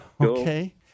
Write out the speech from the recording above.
Okay